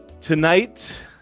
tonight